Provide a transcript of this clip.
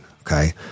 Okay